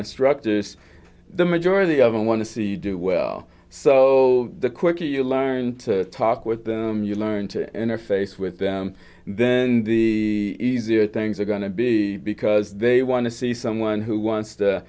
instructors the majority of them want to see do well so the quicker you learn to talk with them you learn to interface with them then the easier things are going to be because they want to see someone who wants t